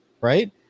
right